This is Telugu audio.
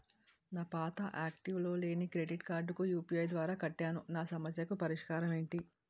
నా పాత యాక్టివ్ లో లేని క్రెడిట్ కార్డుకు యు.పి.ఐ ద్వారా కట్టాను నా సమస్యకు పరిష్కారం ఎంటి?